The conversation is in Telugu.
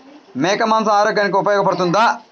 మేక మాంసం ఆరోగ్యానికి ఉపయోగపడుతుందా?